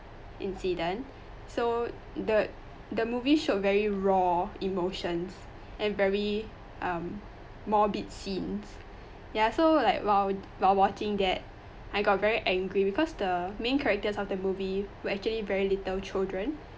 incident so the the movie showed very raw emotions and very um more big scenes ya so like whil~ while watching that I got very angry because the main character of the movie who actually very little children